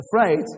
afraid